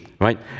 right